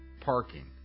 parking